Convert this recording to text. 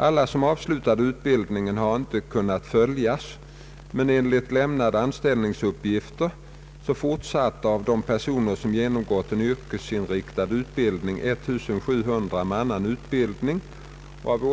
Alla som avslutat utbildningen har inte kunnat följas, men enligt lämnade anställningsuppgifter fortsatte av de personer som genomgått en yrkesinriktad utbildning 1700 med annan utbildning, och av